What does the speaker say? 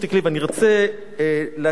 ואני ארצה להקריא,